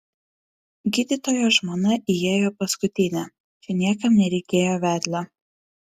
gydytojo žmona įėjo paskutinė čia niekam nereikėjo vedlio